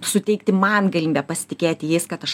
suteikti man galimybę pasitikėti jais kad aš